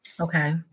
Okay